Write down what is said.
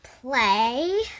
play